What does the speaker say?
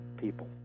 people